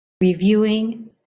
reviewing